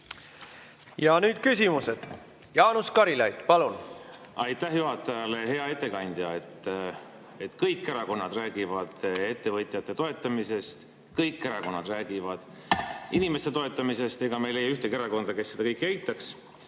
Ja nüüd küsimused. Jaanus Karilaid, palun! Aitäh juhatajale! Hea ettekandja! Kõik erakonnad räägivad ettevõtjate toetamisest, kõik erakonnad räägivad inimeste toetamisest. Me ei leia ühtegi erakonda, kes seda kõike eitaks.